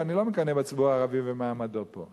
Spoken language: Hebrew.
ואני לא מקנא בציבור הערבי ומעמדו פה.